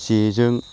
जेजों